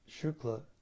Shukla